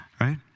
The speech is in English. right